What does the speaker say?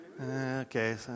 Okay